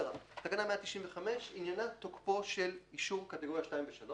תקנה 195 עניינה תוקפו של אישור קטגוריה 2 ו-3